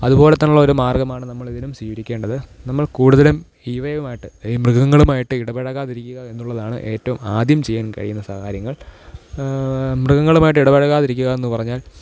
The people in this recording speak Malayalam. അതുപോലത്തെ ഉള്ളൊരു മാര്ഗമാണ് നമ്മൾ ഇതിലും സ്വീകരിക്കേണ്ടത് നമ്മള് കൂടുതലും വയുമായിട്ട് ഈ മൃഗങ്ങളുമായിട്ട് ഇടപഴകാതിരിക്കുക എന്നുള്ളതാണ് ഏറ്റവും ആദ്യം ചെയ്യാന് കഴിയുന്ന കാര്യങ്ങള് മൃഗങ്ങളുമായിട്ട് ഇടപഴകാതിരിക്കുക എന്ന് പറഞ്ഞാല്